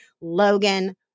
Logan